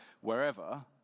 wherever